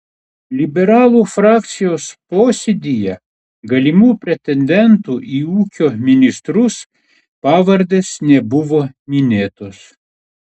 liberalų frakcijos posėdyje galimų pretendentų į ūkio ministrus pavardės nebuvo minėtos